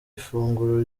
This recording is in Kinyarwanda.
ifunguro